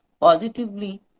positively